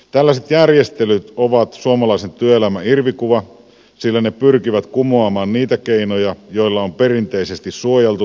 tällaiset järjestelyt ovat suomalaisen työelämän irvikuva sillä ne pyrkivät kumoamaan niitä keinoja joilla on perinteisesti suojeltu työntekijöitä